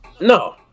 No